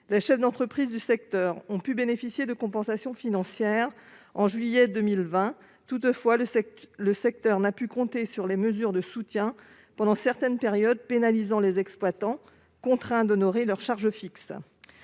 Les chefs d'entreprise du secteur ont bénéficié de compensations financières en juillet 2020. Toutefois, ils n'ont pas pu compter sur toutes les mesures de soutien durant certaines périodes, ce qui a pénalisé les exploitants contraints d'honorer leurs charges fixes.